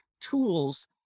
tools